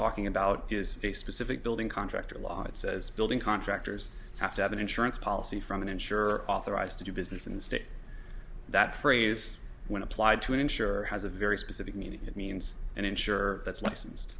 talking about is a specific building contractor law that says building contractors have to have an insurance policy from an insurer authorized to do business in the state that phrase when applied to insure has a very specific meaning it means and insure that's licen